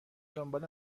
دنبال